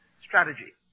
strategy